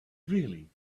really